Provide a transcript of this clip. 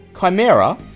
Chimera